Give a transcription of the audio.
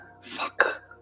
Fuck